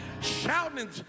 shouting